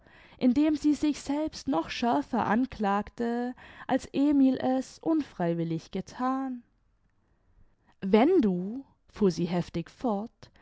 indem sie sich selbst noch schärfer anklagte als emil es unfreiwillig gethan wenn du fuhr sie heftig fort